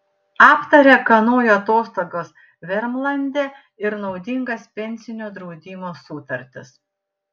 aptarė kanojų atostogas vermlande ir naudingas pensinio draudimo sutartis